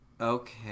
Okay